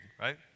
right